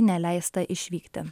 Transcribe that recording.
neleista išvykti